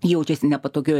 jaučiasi nepatogioj